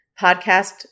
podcast